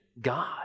God